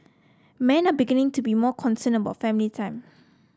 men are beginning to be more concerned about family time